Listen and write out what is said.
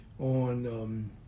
on